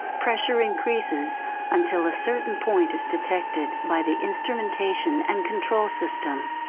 pressure increases until a certain point is detected by the instrumentation and control system.